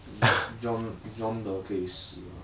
john john 的可以死 ah